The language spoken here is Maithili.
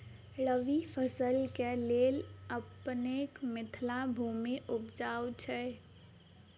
रबी फसल केँ लेल अपनेक मिथिला भूमि उपजाउ छै